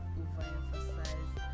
overemphasize